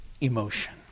emotion